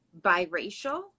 biracial